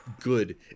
good